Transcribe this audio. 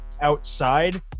outside